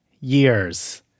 years